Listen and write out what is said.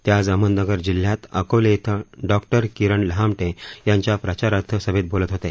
ते आज अहमदनगर जिल्ह्यात अकोले इथं डॉ किरण लहामटे यांच्या प्रचारार्थ सभेत बोलत होते